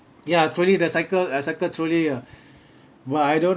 ya trolley the cycle uh cycle trolley ah but I don't